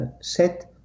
set